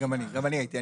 גם אני הייתי.